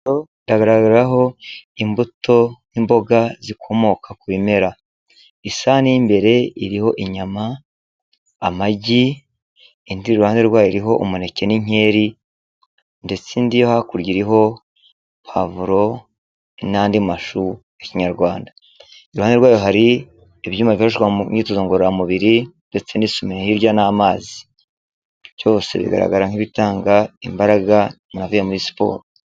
Byagaragaraho imbuto, nk'imboga zikomoka ku bimera, isahani yimbere iriho inyama, amagi, indi iri iruhande rwayo iriho umuneke n'inkeri, ndetse indi yo hakurya iriho pavuro n'andi mashu mu ikinyarwanda. Iruhande rwayo hari ibyuma bikoreshwa mu myitozo ngororamubiri, ndetse n'isume iri hirya n'amazi, byose bigaragara nk'ibitanga imbaraga umuntu avuye muri siporo.